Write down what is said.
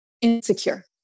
insecure